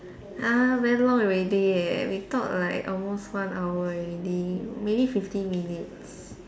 ah very long already eh we talk like almost one hour already maybe fifty minutes